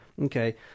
Okay